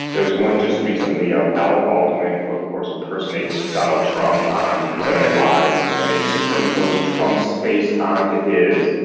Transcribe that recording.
there was one just recently of alec baldwin, who of course impersonates donald trump on saturday night alive, and they superimposed trump's face onto his,